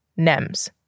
nems